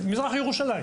בישראל, במזרח ירושלים.